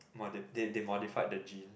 modi~ they modified the genes